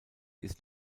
ist